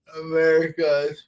America